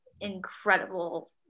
incredible